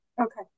Okay